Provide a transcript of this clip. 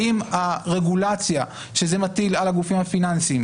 הרגולציה שזה מטיל על הגופים הפיננסיים,